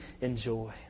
enjoy